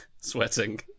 Sweating